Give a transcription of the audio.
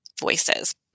voices